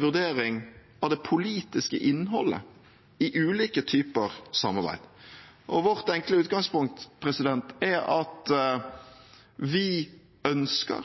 vurdering av det politiske innholdet i ulike typer samarbeid. Vårt enkle utgangspunkt er at vi ønsker